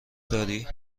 داری